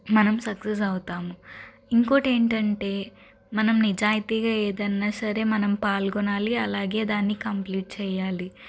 మనం సక్సెస్ అవుతాం ఇంకోటి ఏంటంటే మనం నిజాయితీగా ఏదైనా సరే మనం పాల్గొనాలి అలాగే దాని కంప్లీట్ చేయాలి